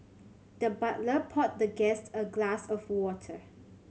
the butler poured the guest a glass of water